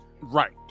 Right